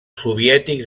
soviètics